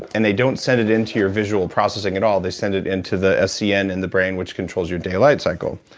and they don't set it into your visual processing at all. they send it into the scn in and the brain which controls your daylight cycle.